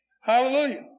Hallelujah